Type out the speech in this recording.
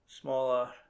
smaller